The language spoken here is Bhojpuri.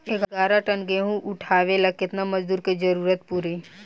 ग्यारह टन गेहूं उठावेला केतना मजदूर के जरुरत पूरी?